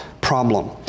problem